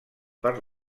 per